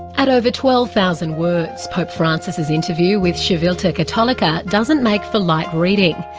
at over twelve thousand words, pope francis's interview with civilta cattolica doesn't make for light reading.